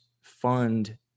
fund